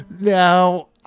Now